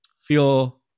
feel